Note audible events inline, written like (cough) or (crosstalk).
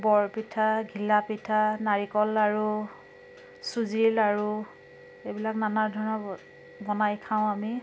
বৰ পিঠা ঘিলা পিঠা নাৰিকল লাড়ু চুজিৰ লাড়ু এইবিলাক নানা ধৰণৰ (unintelligible) বনাই খাওঁ আমি